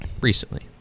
recently